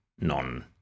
non